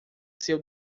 seu